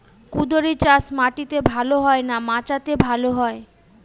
কুঁদরি চাষ মাটিতে ভালো হয় না মাচাতে ভালো হয়?